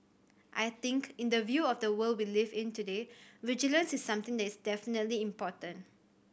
I think in the view of the world we live in today vigilance is something that is definitely important